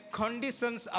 conditions